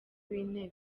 w’intebe